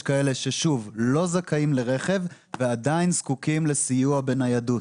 יש כאלה שלא זכאים לרכב ועדיין זקוקים לסיוע בניידות.